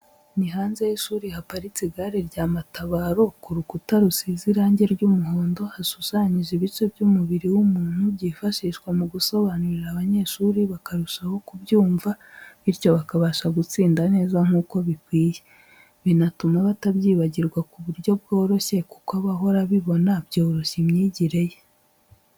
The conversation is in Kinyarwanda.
Ni hanze y'ishuri haparitse igare rya matabaro, ku rukuta rusize irange ry'umuhondo hashushanyije ibice by'umubiri w'umuntu byifashishwa mu gusobanurira abanyeshuri bakarushaho kubyumva, bityo bakabasha gutsinda neza nkuko bikwiye, binatuma batabyibagirwa ku buryo bworoshye, kuko aba ahora abibona byoroshya imyigire ye.